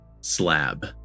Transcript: slab